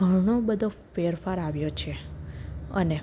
ઘણો બધો ફેરફાર આવ્યો છે અને